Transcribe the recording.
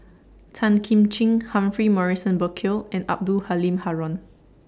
Tan Kim Ching Humphrey Morrison Burkill and Abdul Halim Haron